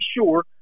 sure